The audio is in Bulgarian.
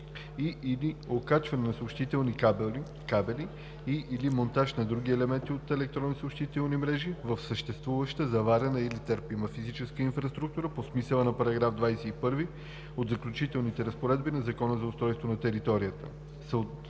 и/или окачване на съобщителни кабели, и/или монтаж на други елементи от електронни съобщителни мрежи в съществуваща, заварена или търпима физическа инфраструктура по смисъла на § 21 от Заключителните разпоредби на Закона за устройство на територията,